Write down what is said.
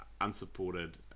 unsupported